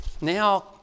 now